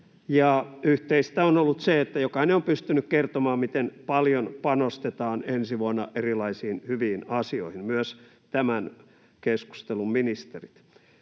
yhteistä on ollut se, että jokainen on pystynyt kertomaan, miten paljon panostetaan ensi vuonna erilaisiin hyviin asioihin, myös tämän keskustelun ministerit.